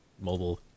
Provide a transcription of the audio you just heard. mobile